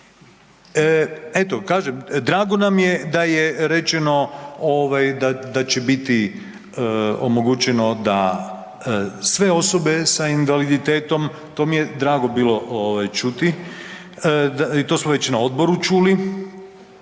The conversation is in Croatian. Eto, kažem, drago nam je da je rečeno da će biti omogućeno da sve osobe sa invaliditetom, to mi je bilo drago čuti i to smo već na odboru čuli.